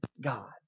God